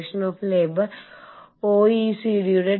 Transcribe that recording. മറ്റു രാജ്യങ്ങളിലേക്ക് തിരിച്ചു പോകുന്നവരുണ്ട്